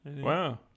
wow